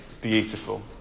beautiful